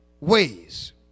ways